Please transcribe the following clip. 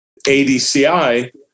ADCI